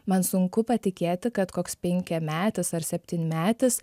man sunku patikėti kad koks penkiametis ar septynmetis